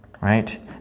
right